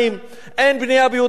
אין בנייה ביהודה ושומרון,